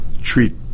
treat